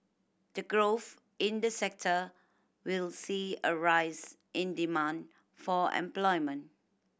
the growth in this sector will see a rise in demand for employment